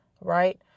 right